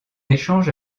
échange